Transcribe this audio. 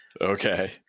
Okay